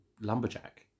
lumberjack